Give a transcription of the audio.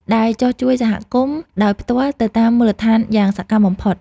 ដែលចុះជួយសហគមន៍ដោយផ្ទាល់នៅតាមមូលដ្ឋានយ៉ាងសកម្មបំផុត។